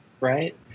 right